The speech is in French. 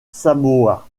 samoa